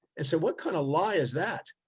and said, what kind of lie is that?